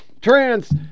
Trans